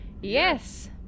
yes